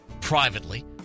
privately